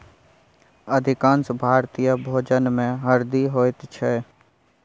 अधिकांश भारतीय भोजनमे हरदि होइत छै